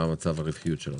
מה מצב הרווחיות שלו.